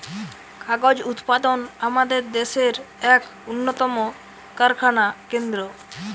কাগজ উৎপাদন আমাদের দেশের এক উন্নতম কারখানা কেন্দ্র